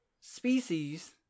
species